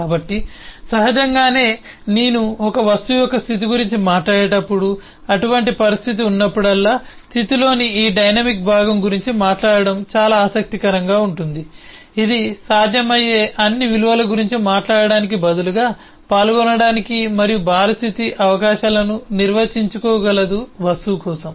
కాబట్టి సహజంగానే నేను ఒక వస్తువు యొక్క స్థితి గురించి మాట్లాడేటప్పుడు అటువంటి పరిస్థితి ఉన్నప్పుడల్లా స్థితిలోని ఈ డైనమిక్ భాగం గురించి మాట్లాడటం చాలా ఆసక్తికరంగా ఉంటుంది ఇది సాధ్యమయ్యే అన్ని విలువల గురించి మాట్లాడటానికి బదులుగా పాల్గొనడానికి మరియు భారీ స్థితి అవకాశాలను నిర్వచించగలదు వస్తువు కోసం